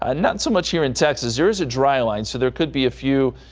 and not so much here in texas. there's a dry line so there could be a few.